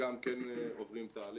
בחלקם כן עוברים תהליך,